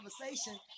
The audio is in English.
conversation